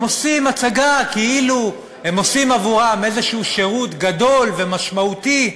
הם עושים הצגה כאילו הם עושים עבורם איזשהו שירות גדול ומשמעותי,